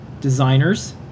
designers